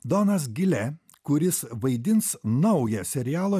donas gile kuris vaidins naują serialo